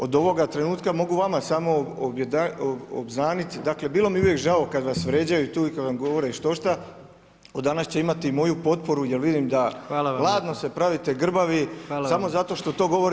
Od ovoga trenutka mogu vama samo obznaniti, dakle, bilo mi je uvijek žao kad vas vrijeđaju i kad vam govore štošta, o danas će imati i moju potporu jer vidim da hladno se pravite grbavi samo zato što to govori